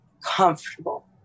comfortable